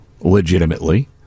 legitimately